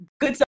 good